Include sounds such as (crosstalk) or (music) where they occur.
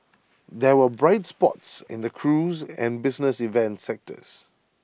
(noise) there were bright spots in the cruise and business events sectors